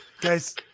guys